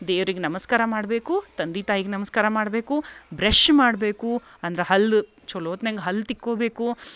ದೇವ್ರಿಗೆ ನಮಸ್ಕಾರ ಮಾಡಬೇಕು ತಂದೆ ತಾಯಿಗೆ ನಮ್ಸ್ಕಾರ ಮಾಡಬೇಕು ಬ್ರೆಷ್ ಮಾಡಬೇಕು ಅಂದ್ರೆ ಹಲ್ಲು ಚಲೋ ಹೊತ್ನಾಗ ಹಲ್ಲು ತಿಕ್ಕೋಬೇಕು